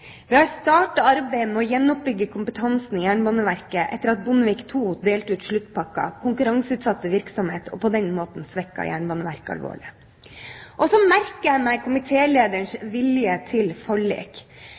Vi har startet arbeidet med å gjenoppbygge kompetansen i Jernbaneverket etter at Bondevik II-regjeringen delte ut sluttpakker, konkurranseutsatte virksomheten og på den måten svekket Jernbaneverket alvorlig. Jeg merker meg